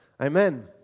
Amen